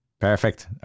Perfect